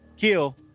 Kill